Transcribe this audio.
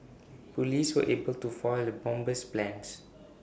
Police were able to foil the bomber's plans